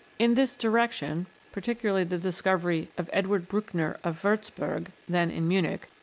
in this direction, particularly the discovery of edward buchner, of wurzburg, then in munich,